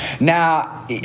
Now